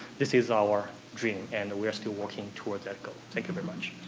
this is our dream, and we are still working towards that goal. thank you very much.